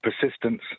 persistence